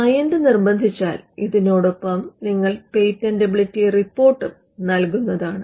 client നിർബന്ധിച്ചാൽ ഇതിനോടൊപ്പം നിങ്ങൾക്ക് പേറ്റൻറ്റബിലിറ്റി റിപ്പോർട്ടും നൽകാവുന്നതാണ്